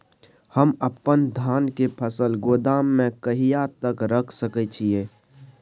हम अपन धान के फसल गोदाम में कहिया तक रख सकैय छी?